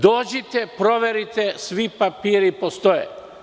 Dođite, proverite, svi papiri postoje.